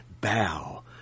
bow